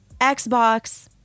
Xbox